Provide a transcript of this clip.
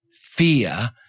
fear